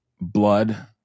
blood